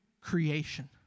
creation